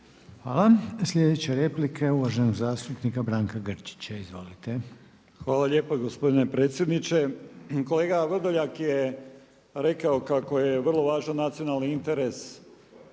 Hvala. Sljedeća replika je uvaženog zastupnika Branka Grčića. Izvolite. **Grčić, Branko (SDP)** Hvala lijepo gospodine potpredsjedniče. Kolega Vrdoljak je rekao kako je vrlo važan nacionalni interes